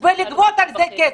ולגבות על זה כסף?